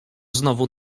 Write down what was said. znowu